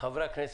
שחברי הכנסת,